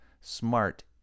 smart